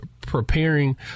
preparing